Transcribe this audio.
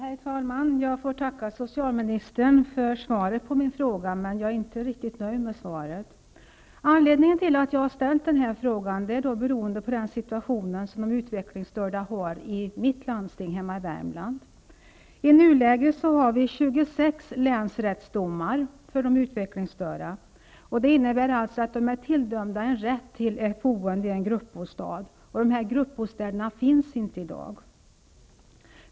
Herr talman! Jag får tacka socialministern för svaret på min fråga, men jag är inte riktigt nöjd med det. Anledningen till att jag har ställt den här frågan är den situation som råder för de utvecklingsstörda i mitt landsting hemma i I nuläget har vi 26 länsrättsdomar när det gäller de utvecklingsstörda. Det innebär att de är tilldömda en rätt till boende i en gruppbostad. Dessa gruppbostäder finns inte i dag.